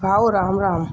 Bhau Ram Ram